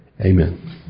Amen